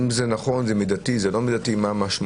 אם זה נכון ומידתי, מה המשמעויות.